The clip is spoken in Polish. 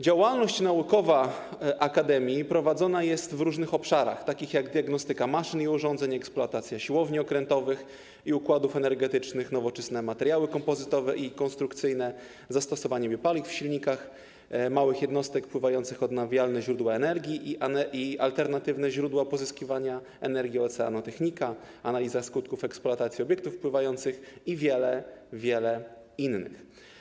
Działalność naukowa akademii prowadzona jest w różnych obszarach, takich jak diagnostyka maszyn i urządzeń, eksploatacja siłowni okrętowych i układów energetycznych, nowoczesne materiały kompozytowe i konstrukcyjne, zastosowanie biopaliw w silnikach małych jednostek pływających, odnawialne źródła energii i alternatywne źródła pozyskiwania energii, oceanotechnika, analiza skutków eksploatacji obiektów pływających i wiele, wiele innych.